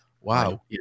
Wow